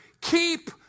keep